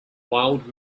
wild